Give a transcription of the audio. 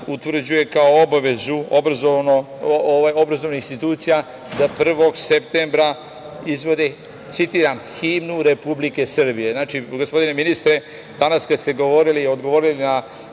utvrđuje kao obavezu obrazovnih institucija da 1. septembra izvode, citiram – himnu Republike Srbije. Znači, gospodine ministre, danas kada ste odgovorili na